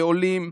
ועולים,